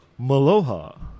Maloha